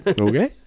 okay